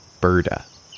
Birda